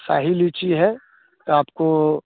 शाही लीची है तो आपको